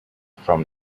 from